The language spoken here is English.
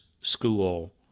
school